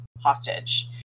hostage